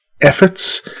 efforts